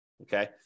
Okay